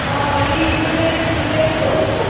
اوا بیٚیہِ debate debate تہِ اوس نا